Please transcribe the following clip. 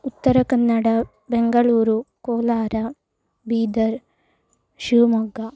Uttara Kannada Bengaluru Kolara Bidar Shivamogga